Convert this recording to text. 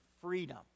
freedom